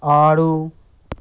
ఆరు